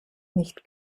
nicht